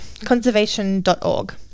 conservation.org